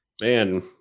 Man